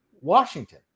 Washington